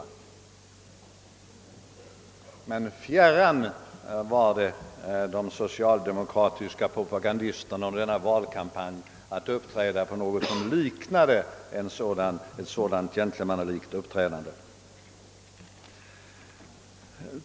Men det var de socialdemokratiska propagandisterna fjärran att under valkampanjen iaktta ett sådant gentlemannalikt uppträdande.